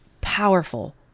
powerful